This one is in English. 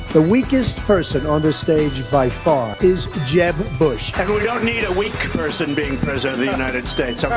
the weakest person on this stage, by far, is jeb bush. and i mean we don't need a weak person being president the united states, okay?